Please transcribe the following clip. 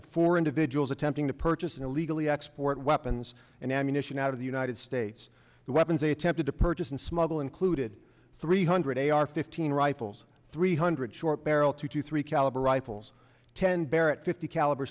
of four individuals attempting to purchase illegally export weapons and ammunition out of the united states the weapons they attempted to purchase and smuggle included three hundred a ar fifteen rifles three hundred short barrel two two three caliber rifles ten barrett fifty caliber